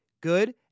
Good